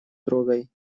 трогай